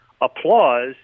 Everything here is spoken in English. Applause